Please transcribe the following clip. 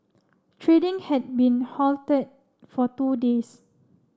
trading had been halted for two days